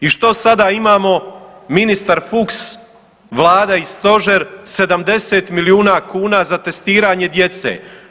I što sada imamo ministar Fuchs, vlada i stožer 70 milijuna kuna za testiranje djece.